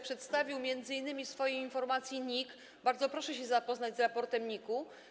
Przedstawił to m.in. w swojej informacji NIK - bardzo proszę się zapoznać z raportem NIK-u.